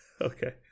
Okay